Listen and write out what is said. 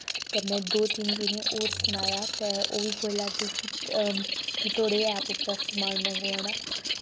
ते में दो तिन्न जनें गी होर सनाया ते ओह् बी बोल्ला दे कि तोआढ़े ऐप उप्परा समान मंगवाना